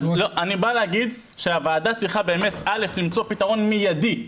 אני בא להגיד שהוועדה צריכה באמת למצוא פתרון מיידי.